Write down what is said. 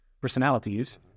personalities